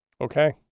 Okay